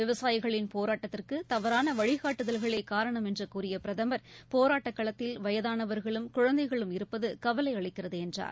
விவசாயிகளின் போராட்டத்திற்கு தவறான வழிகாட்டுதல்களே காரணம் என்று கூறிய பிரதமர் போராட்டக் களத்தில் வயதானவர்களும் குழந்தைகளும் இருப்பது கவலை அளிக்கிறது என்றார்